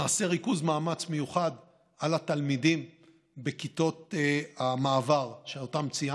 נעשה ריכוז מאמץ מיוחד עם התלמידים בכיתות המעבר שאותן ציינתי: